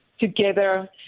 together